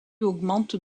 augmente